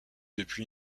depuis